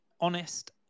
honest